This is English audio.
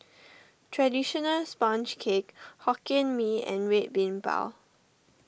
Traditional Sponge Cake Hokkien Mee and Red Bean Bao